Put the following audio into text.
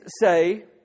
say